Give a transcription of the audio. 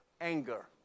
Anger